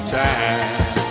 time